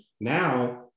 now